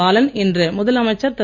பாலன் இன்று முதலமைச்சர் திரு